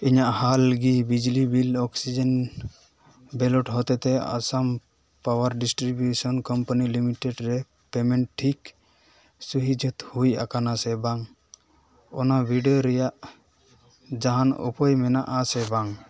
ᱤᱧᱟᱹᱜ ᱦᱟᱞᱜᱮ ᱵᱤᱡᱽᱞᱤ ᱵᱤᱞ ᱚᱠᱥᱤᱡᱮᱱ ᱵᱮᱞᱳᱰ ᱦᱚᱛᱮ ᱛᱮ Assam power distribution company limited ᱨᱮ ᱯᱮᱢᱮᱱᱴ ᱴᱷᱤᱠ ᱥᱟᱹᱦᱤᱡᱛᱮ ᱦᱩᱭ ᱟᱠᱟᱱᱟ ᱥᱮ ᱵᱟᱝ ᱚᱱᱟ ᱵᱤᱰᱟᱹᱣ ᱨᱮᱭᱟᱜ ᱡᱟᱦᱟᱱ ᱩᱯᱟᱹᱭ ᱢᱮᱱᱟᱜᱼᱟ ᱥᱮ ᱵᱟᱝ